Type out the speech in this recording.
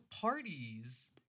parties